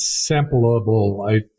sampleable